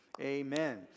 amen